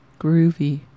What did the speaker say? groovy